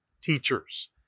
teachers